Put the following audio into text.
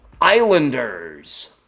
Islanders